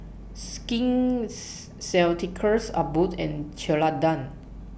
Skin Ceuticals Abbott and Ceradan